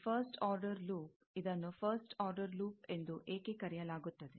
ಈ first order loop ಇದನ್ನು first order loop ಎಂದು ಏಕೆ ಕರೆಯಲಾಗುತ್ತದೆ